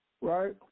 right